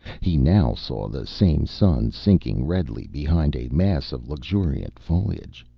he now saw the same sun sinking redly behind a mass of luxuriant foliage.